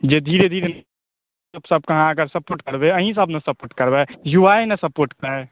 जे धीरे धीरे लोकसभकेँ अगर अहाँ सपोर्ट करबए अहींसभ ने सपोर्ट करबए युवाए ने सपोर्ट करतै